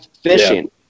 fishing